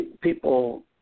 people